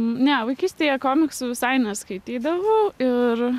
ne vaikystėje komiksų visai neskaitydavau ir